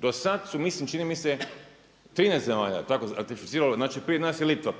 Do sada su mislim čini mi se 13 zemalja jel tako ratificiralo znači prije nas je Litva